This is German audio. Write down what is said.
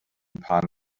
paar